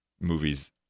movies